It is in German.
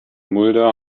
mulder